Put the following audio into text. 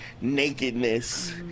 nakedness